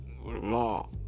law